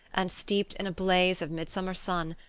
and steeped in a blaze of mid-summer sun,